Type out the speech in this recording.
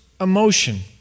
emotion